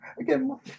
Again